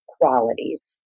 qualities